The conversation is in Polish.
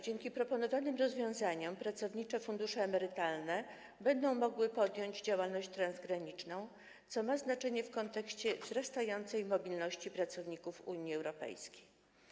Dzięki proponowanym rozwiązaniom pracownicze fundusze emerytalne będą mogły podjąć działalność transgraniczną, co ma znaczenie w kontekście wzrastającej mobilności pracowników Unii Europejskiej.